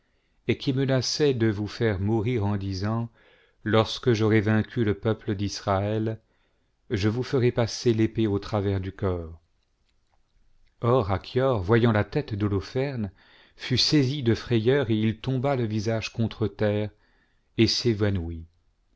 et qui menaçait de vous faire mourir en disant lorsque j'aurai vaincu le peuple d'israël je vous ferai passer l'épée au travers du corps or achior voyant la tête d'holoferne fut saisi de frayeur et il tomba le visage contre tene et s'évanouit